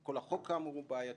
שכל החוק הוא בעייתי,